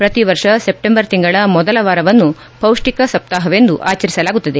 ಪ್ರತಿ ವರ್ಷ ಸೆಪ್ಟೆಂಬರ್ ತಿಂಗಳ ಮೊದಲ ವಾರವನ್ನು ಪೌಷ್ಠಿಕ ಸಪ್ತಾಹವೆಂದು ಆಚರಿಸಲಾಗುತ್ತಿದೆ